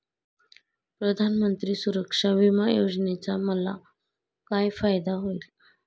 प्रधानमंत्री सुरक्षा विमा योजनेचा मला काय फायदा होईल?